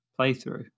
playthrough